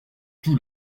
tout